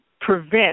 prevent